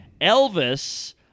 Elvis